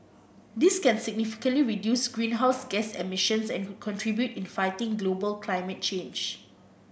this can significantly reduce greenhouse gas emissions and could contribute in fighting global climate change